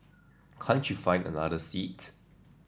can't you find another seat